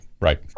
right